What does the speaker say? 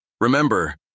Remember